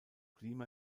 klima